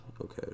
Okay